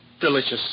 delicious